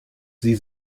sie